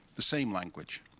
the same language.